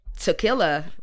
Tequila